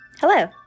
Hello